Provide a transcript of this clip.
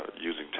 using